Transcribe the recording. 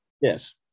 Yes